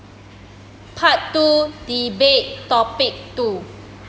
part two debate topic two